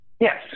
Yes